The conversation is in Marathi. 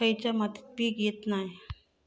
खयच्या मातीत पीक येत नाय?